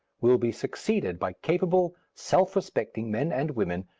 will be succeeded by capable, self-respecting men and women,